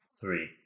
Three